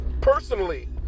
personally